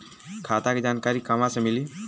खाता के जानकारी कहवा से मिली?